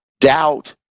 doubt